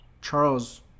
Charles